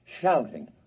shouting